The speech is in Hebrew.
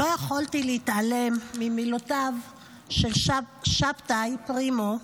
לא יכולתי להתעלם ממילותיו של שבתאי פרימו,